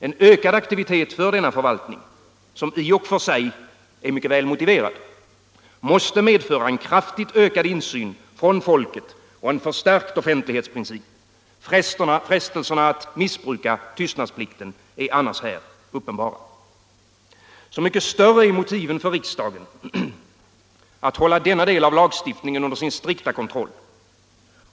En ökad aktivitet för denna förvaltning - som i och för sig kan vara väl motiverad — måste medföra en kraftigt ökad insyn från folket och en förstärkt offentlighetsprincip. Frestelserna att missbruka tystnadsplikten är här annars uppenbara. Så mycket starkare är motiven för riksdagen att hålla denna del av lagstiftningen under sin strikta kontroll.